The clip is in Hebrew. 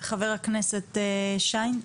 ח"כ שיין.